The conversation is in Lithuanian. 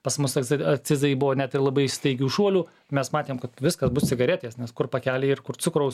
pas mus toks akcizai buvo net ir labai staigių šuolių mes matėm kad viskas bus cigaretės nes kur pakeliai ir kur cukraus